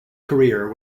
career